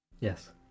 Yes